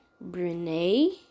Brunei